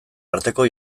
arteko